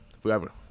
forever